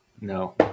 no